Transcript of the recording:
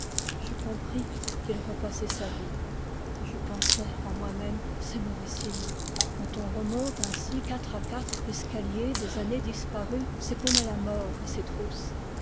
je compris qu'il repassait sa vie et je pensai en moi-même c'est mauvais signe quand on remonte ainsi quatre à quatre l'escalier des années disparues c'est qu'on a la mort à ses trousses